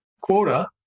quota